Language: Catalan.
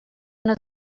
una